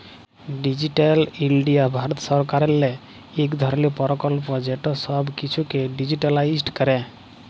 digital India ভারত সরকারেরলে ইক ধরলের পরকল্প যেট ছব কিছুকে ডিজিটালাইস্ড ক্যরে